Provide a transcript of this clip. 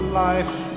life